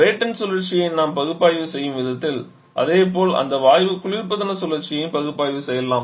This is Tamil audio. பிரைட்டன் சுழற்சியை நாம் பகுப்பாய்வு செய்யும் விதத்தில் அதேபோல் அந்த வாயு குளிர்பதன சுழற்சியையும் பகுப்பாய்வு செய்யலாம்